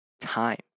time